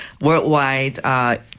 worldwide